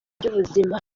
by’ubuzima